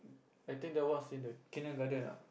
I think that was in the Kindergarten ah